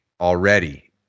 Already